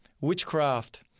witchcraft